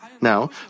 Now